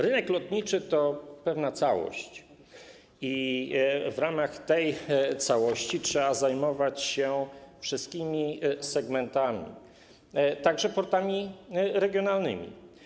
Rynek lotniczy to pewna całość i w ramach tej całości trzeba zajmować się wszystkimi segmentami, także portami regionalnymi.